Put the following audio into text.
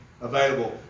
available